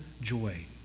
joy